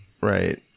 right